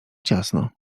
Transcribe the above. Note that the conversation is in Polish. ciasno